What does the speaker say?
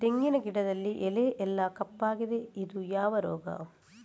ತೆಂಗಿನ ಗಿಡದಲ್ಲಿ ಎಲೆ ಎಲ್ಲಾ ಕಪ್ಪಾಗಿದೆ ಇದು ಯಾವ ರೋಗ?